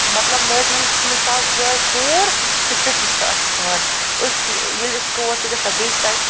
مطلب نٲیِد ہَلَس منٛز چھِ اَکھ جاے پوٗر سُہ چھِ تٔتی سُہ اَستان أسۍ ییٚلہِ أسۍ تور چھِ گژھان بیٚیہِ چھِ تَتہِ